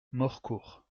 morcourt